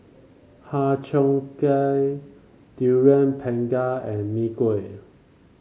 Har Cheong Gai Durian Pengat and Mee Kuah